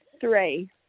three